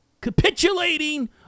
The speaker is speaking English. capitulating